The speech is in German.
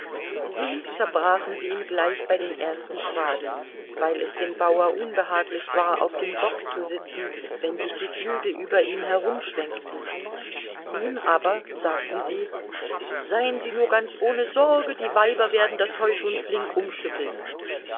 sie zerbrachen sie ihm gleich bei den ersten schwaden weil es dem bauer unbehaglich war auf dem bock zu sitzen wenn sich die flügel über ihm herumschwenkten ihm aber sagten sie seien sie nur ganz ohne sorge die weiber werden das heu schon flink umschütteln